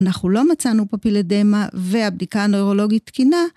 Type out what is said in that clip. אנחנו לא מצאנו פפילת דמה והבדיקה הנאורולוגית תקינה.